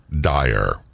Dyer